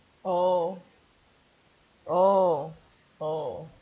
oh oh oh